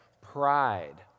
Pride